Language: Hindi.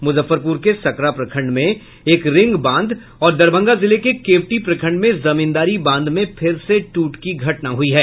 मुजफ्फरपुर के सकरा प्रखंड में एक रिंग बांध और दरभंगा जिले के केवटी प्रखंड में जमींदारी बांध में फिर से टूट की घटना हुई है